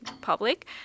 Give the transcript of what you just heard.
public